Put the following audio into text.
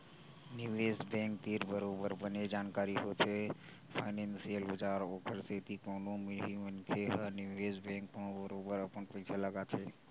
निवेस बेंक तीर बरोबर बने जानकारी होथे फानेंसियल बजार के ओखर सेती कोनो भी मनखे ह निवेस बेंक म बरोबर अपन पइसा लगाथे